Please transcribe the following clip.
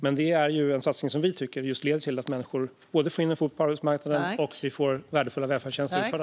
Men det är en satsning som vi tycker just leder till både att människor får in en fot på arbetsmarknaden och att vi får värdefulla välfärdstjänster utförda.